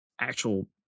actual